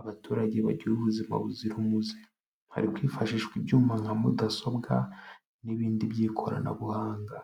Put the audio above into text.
abaturage bagire ubuzima buzira umuze, hari kwifashishwa ibyuma nka mudasobwa n'ibindi by'ikoranabuhanga.